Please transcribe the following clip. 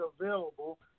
available